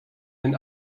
den